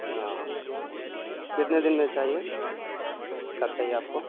ہاں کتنے دن میں چاہیے کب چاہیے آپ کو